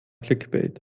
clickbait